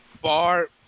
bar